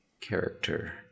character